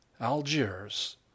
Algiers